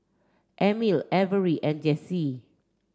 Emil Averie and Jessi